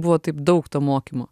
buvo taip daug to mokymo